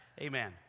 Amen